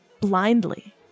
blindly